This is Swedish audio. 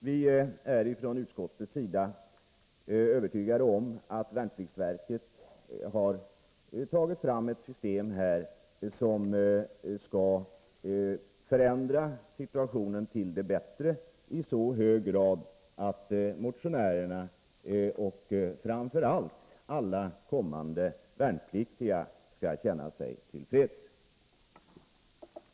Vi är från utskottets sida övertygade om att värnpliktsverket tagit fram ett system som i så hög grad kommer att förändra situationen till det bättre att motionärerna och framför allt alla kommande värnpliktiga kommer att bli till freds.